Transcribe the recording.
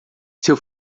seu